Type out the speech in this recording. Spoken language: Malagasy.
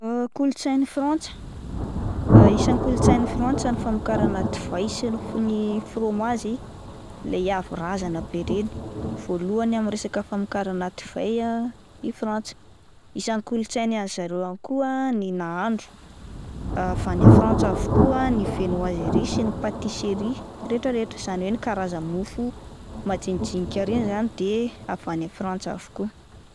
Kolotsain'i Frantsa isan'ny kolotsain'i Frantsa ny famokarana divay sy ny fromazy ilay avo razana be ireny, voalohany amin'ny resaka famokarana divay ah i Frantsa, isan'ny kolotsaina an'ny zareo any koa ah ny nahandro, avy any Frantsa avokoa ny vennoiserie sy ny patisserie retraretra izany hoe ny karaza-mofo majinijinika ireny izany de avy any Frantsa avokoa.